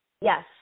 Yes